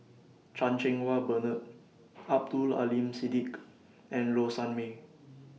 Chan Cheng Wah Bernard Abdul Aleem Siddique and Low Sanmay